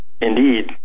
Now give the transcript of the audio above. indeed